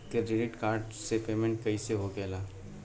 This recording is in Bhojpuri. क्रेडिट कार्ड से पेमेंट कईसे होखेला?